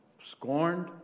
scorned